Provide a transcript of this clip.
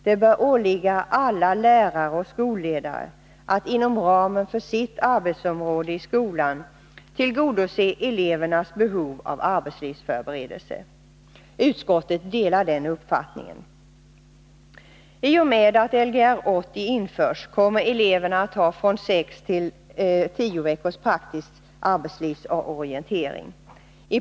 Det bör åligga alla lärare och skolledare att inom ramen för sitt arbetsområde i skolan tillgodose elevernas behov av arbetslivsförberedel Utskottet delar denna uppfattning. I och med att Lgr 80 införs kommer eleverna att ha från sex till tio veckors praktisk arbetslivsorientering — prao.